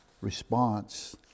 response